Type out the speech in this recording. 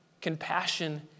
compassion